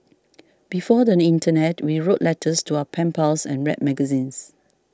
before the internet we wrote letters to our pen pals and read magazines